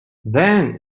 then